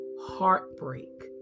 heartbreak